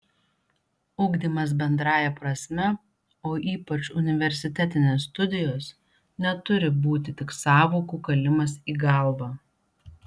ugdymas bendrąja prasme o ypač universitetinės studijos neturi būti tik sąvokų kalimas į galvą